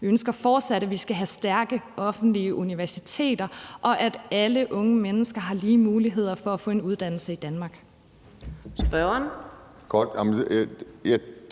Vi ønsker fortsat, at vi skal have stærke offentlige universiteter, og at alle unge mennesker har lige muligheder for at få en uddannelse i Danmark.